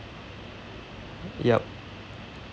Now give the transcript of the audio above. yup